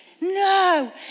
No